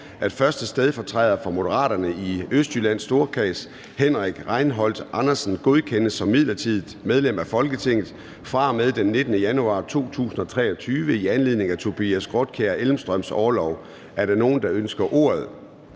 at 1. stedfortræder for Moderaterne i Østjyllands Storkreds, Henrik Rejnholt Andersen, godkendes som midlertidigt medlem af Folketinget fra og med den 19. januar 2023 i anledning af Tobias Grotkjær Elmstrøms orlov. Er der nogen, der ønsker ordet?